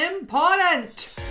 important